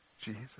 Jesus